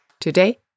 Today